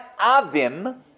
Avim